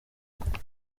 bralirwa